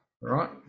right